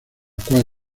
cual